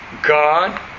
God